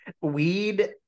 weed